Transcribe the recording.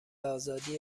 ازادی